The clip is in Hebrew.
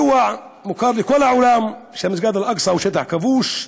ידוע לכל העולם שמסגד אל-אקצא הוא שטח כבוש,